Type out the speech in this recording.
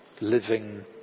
living